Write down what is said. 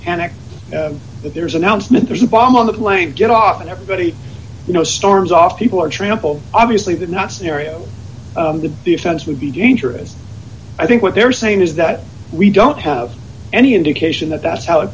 panic that there's announcement there's a bomb on the plane get off and everybody you know storms off people are trampled obviously that not scenario the defense would be dangerous i think what they're saying is that we don't have any indication that that's how i